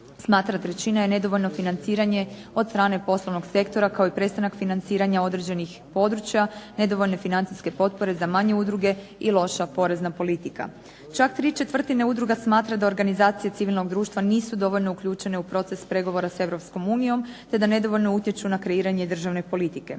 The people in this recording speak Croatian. smatra trećina je nedovoljno financiranje od strane poslovnog sektora kao i prestanak financiranja određenih područja, nedovoljne financijske potpore za manje udruge i loša porezna politika. Čak 3/4 udruga smatra da organizacije civilnog društva nisu dovoljno uključene u proces pregovora sa EU te da nedovoljno utječu na kreiranje državne politike.